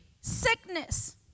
sickness